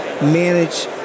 manage